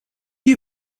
you